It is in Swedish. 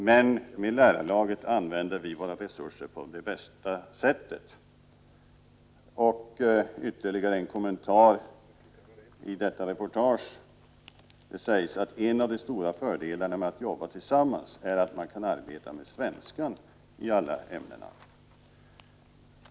Men med lärarlaget använder vi våra resurser på det bästa sättet. Ytterligare en kommentar i detta reportage: Det sägs att en av de stora fördelarna med att jobba tillsammans är att man kan arbeta med svenskan i alla ämnen.